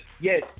yes